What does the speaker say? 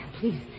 Please